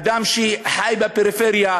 אדם שחי בפריפריה,